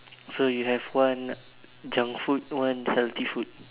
so you have one junk food one healthy food